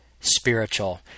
spiritual